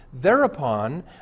Thereupon